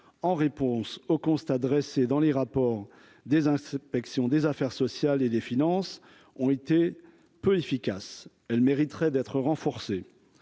en réponse au constat dressé dans les rapports des inspections des affaires sociales et des finances ont été peu efficace, elle mériterait d'être renforcée